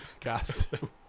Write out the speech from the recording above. costume